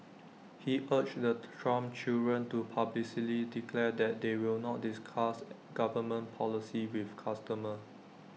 he urged the Trump children to publicly declare that they will not discuss government policy with customers